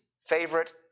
favorite